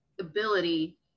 ability